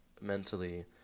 mentally